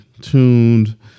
tuned